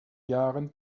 jahren